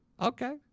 Okay